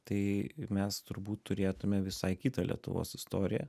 tai mes turbūt turėtume visai kitą lietuvos istoriją